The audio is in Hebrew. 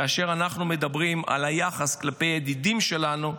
כאשר אנחנו מדברים על היחס כלפי ידידים שלנו,